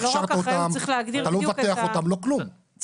אתה לא הכשרת אותם, אתה לא מבטח אותם, לא כלום.